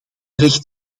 recht